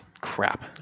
crap